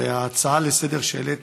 וההצעה לסדר-היום שהעלית